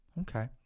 Okay